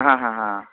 হ্যাঁ হ্যাঁ হ্যাঁ